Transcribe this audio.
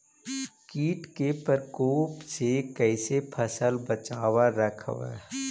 कीट के परकोप से कैसे फसल बचाब रखबय?